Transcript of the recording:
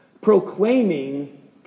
proclaiming